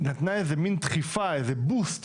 נתנה מעין דחיפה, איזה בוסט